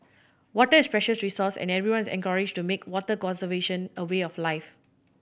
water is precious resource and everyone is encouraged to make water conservation a way of life